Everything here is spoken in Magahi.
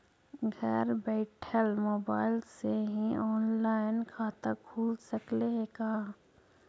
घर बैठल मोबाईल से ही औनलाइन खाता खुल सकले हे का?